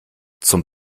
zum